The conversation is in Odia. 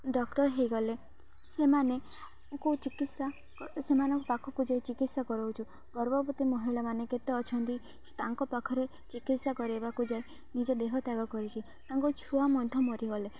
ଡକ୍ଟର ହେଇଗଲେ ସେମାନେଙ୍କୁ ଚିକିତ୍ସା ସେମାନଙ୍କ ପାଖକୁ ଯାଇ ଚିକିତ୍ସା କରୋଉଛୁ ଗର୍ଭବତୀ ମହିଳାମାନେ କେତେ ଅଛନ୍ତି ତାଙ୍କ ପାଖରେ ଚିକିତ୍ସା କରେଇବାକୁ ଯାଇ ନିଜ ଦେହତ୍ୟାଗ କରିଚି ତାଙ୍କ ଛୁଆ ମଧ୍ୟ ମରିଗଲେ